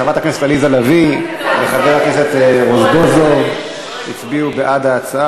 חברת הכנסת עליזה לביא וחבר הכנסת רזבוזוב הצביעו בעד ההצעה.